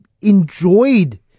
enjoyed